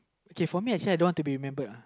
okay for me I say I don't want to be remembered uh